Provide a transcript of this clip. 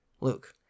Luke